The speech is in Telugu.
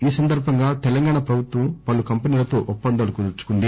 ఈ సందర్భంగా తెలంగాణ ప్రభుత్వం పలు కంపెనీలతో ఒప్పందాలు కుదుర్సుకుంది